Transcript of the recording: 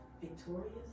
Victorious